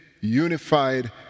unified